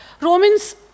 Romans